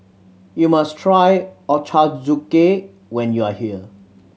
you must try Ochazuke when you are here